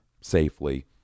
safely